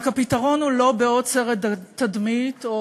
רק שהפתרון הוא לא בעוד סרט תדמית או